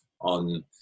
on